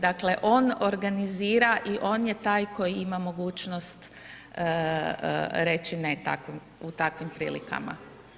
Dakle on organizira i on je taj koji ima mogućnost reći ne u takvim prilikama.